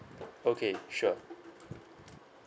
okay sure